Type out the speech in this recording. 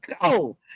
go